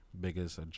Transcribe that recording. biggest